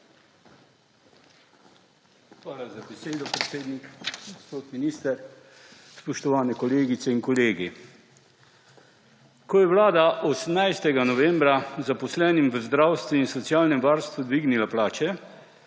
Hvala za besedo, predsednik. Gospod minister, spoštovane kolegice in kolegi. Ko je vlada 18. novembra zaposlenim v zdravstvu in socialnem varstvu dvignila plače,